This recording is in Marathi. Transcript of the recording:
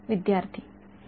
विद्यार्थीः